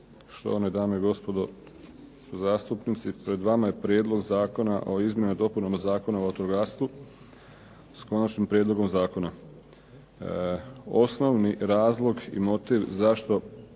štovane dame i gospodo zastupnici. Pred vama je Prijedlog zakona o izmjenama i dopunama Zakona o vatrogastvu s konačnim prijedlogom zakona. Osnovni razlog i motiv zašto